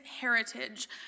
heritage